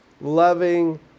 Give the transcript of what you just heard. loving